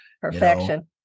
Perfection